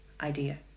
idea